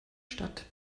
stadt